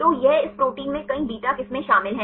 तो यह इस प्रोटीन में कई बीटा किस्में शामिल हैं